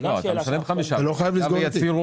אתה לא חייב לסגור את התיק.